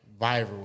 Viral